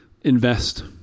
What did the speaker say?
invest